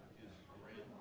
is really